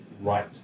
right